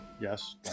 Yes